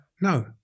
no